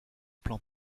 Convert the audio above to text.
plan